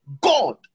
God